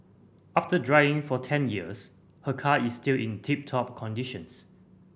after driving for ten years her car is still in tip top conditions